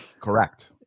Correct